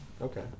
Okay